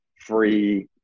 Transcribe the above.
free